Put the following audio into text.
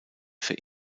für